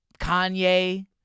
Kanye